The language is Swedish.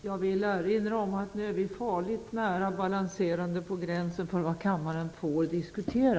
Jag vill erinra om att vi nu är farligt nära, och balanserande på, gränsen för vad kammaren får diskutera.